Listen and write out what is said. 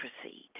proceed